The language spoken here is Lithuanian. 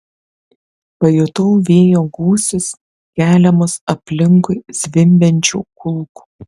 pajutau vėjo gūsius keliamus aplinkui zvimbiančių kulkų